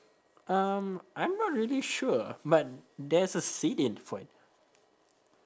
um I'm not really sure but there's a seed in